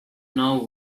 know